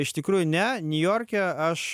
iš tikrųjų ne niujorke aš